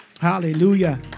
Hallelujah